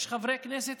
יש חברי כנסת,